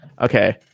Okay